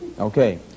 Okay